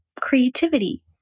creativity